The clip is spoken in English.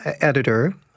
editor